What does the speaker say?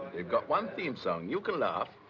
they've got one theme song. you can laugh.